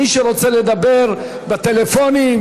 מי שרוצה לדבר בטלפונים,